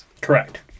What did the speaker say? Correct